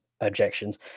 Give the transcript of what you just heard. objections